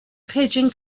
pigeon